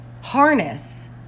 harness